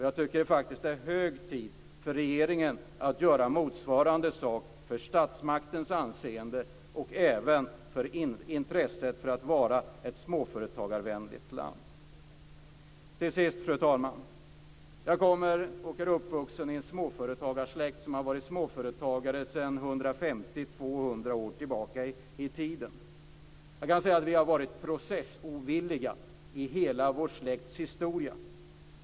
Jag tycker att det är hög tid för regeringen att göra motsvarande sak, för statsmaktens anseendes skull och även för intressets skull av att vara ett småföretagarvänligt land. Till sist, fru talman, vill jag säga att jag kommer från, och är uppvuxen i, en småföretagarsläkt som har varit småföretagare sedan 150-200 år tillbaka i tiden. Vi har varit processovilliga i hela vår släkts historia.